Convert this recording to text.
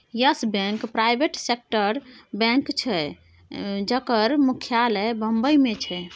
yes Bank private सेक्टरक bank छै जकर मुख्यालय बंबई मे छै